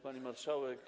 Pani Marszałek!